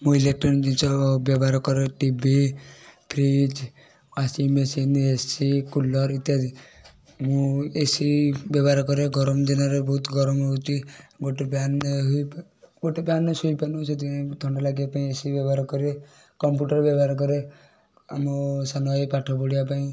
ମୁଁ ଇଲୋକ୍ଟ୍ରୋନିକ୍ ଜିନିଷ ବ୍ୟବହାର କରେ TV fridge washing machine AC cooler ଇତ୍ୟାଦି ମୁଁ ଏସି ବ୍ୟବହାର କରେ ଗରମ ଦିନରେ ବହୁତ ଗରମ ହେଉଛି ଗୋଟେ ଫ୍ୟାନ୍ ଗୋଟେ ଫ୍ୟାନ୍ରେ ଶୋଇପାରୁନୁ ସେଥିପାଇଁ ଥଣ୍ଡା ଲାଗିବା ପାଇଁ ଏସି ବ୍ୟବହାର କରେ କମ୍ପୁଟର୍ ବ୍ୟବହାର କରେ ଆମ ସାନ ଭାଇ ପାଠ ପଢ଼ିବା ପାଇଁ